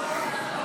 אנחנו ממתינים פה.